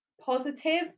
positive